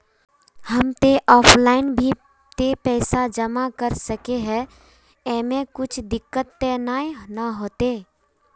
हम ते ऑफलाइन भी ते पैसा जमा कर सके है ऐमे कुछ दिक्कत ते नय न होते?